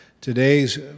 today's